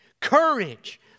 Courage